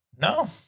No